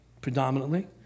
predominantly